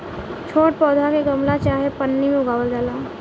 छोट पौधा के गमला चाहे पन्नी में उगावल जाला